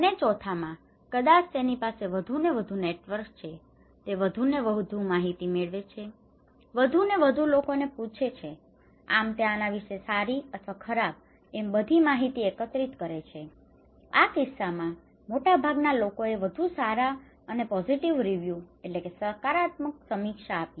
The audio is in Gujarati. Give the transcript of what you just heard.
અને ચોથામાં કદાચ તેની પાસે વધુને વધુ નેટવર્ક્સ છે તે વધુને વધુ માહિતી મેળવે છે વધુને વધુ લોકોને પૂછે છેઆમ તે આના વિશે સારી અથવા ખરાબ એમ બધી માહિતી એકત્રિત કરે છે આ કિસ્સામાં મોટાભાગના લોકોએ વધુ સારા અને પોજિટિવ રિવ્યૂ positive review સકારાત્મક સમીક્ષા આપ્યા